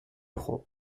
خوب